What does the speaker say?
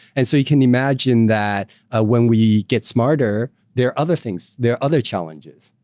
and so you can imagine that ah when we get smarter there are other things, there are other challenges.